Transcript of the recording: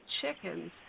chickens